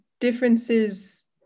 differences